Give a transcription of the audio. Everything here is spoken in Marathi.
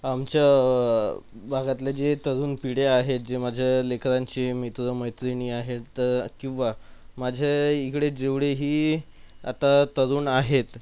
आमच्या भागातले जे तरुण पिढ्या आहेत जे माझ्या लेकरांची मित्र मैत्रिणी आहेत तर किंवा माझे इकडे जेवढेही आता तरुण आहेत